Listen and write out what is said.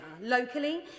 locally